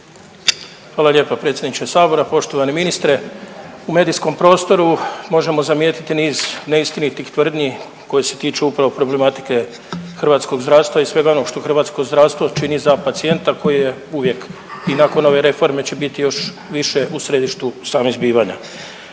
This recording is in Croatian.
Hvala lijepa predsjedniče sabora. Poštovani ministre, u medijskom prostoru možemo zamijetiti niz neistinitih tvrdnji koje se tiču upravo problematike hrvatskog zdravstva i svega onog što hrvatsko zdravstvo čini za pacijenta koji je uvijek i nakon ove reforme će biti još više u središtu samih zbivanja.